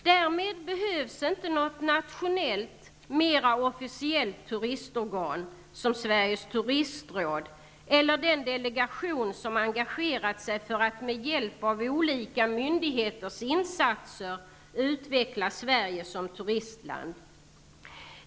Därmed behövs inte något nationellt, mera officiellt turistorgan, som Sveriges turistråd eller den delegation som engagerat sig för att med hjälp av olika myndigheters insatser utveckla Sverige som turistland.